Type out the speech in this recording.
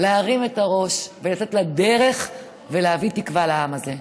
להרים את הראש, לצאת לדרך ולהביא תקווה לעם הזה.